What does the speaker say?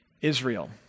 Israel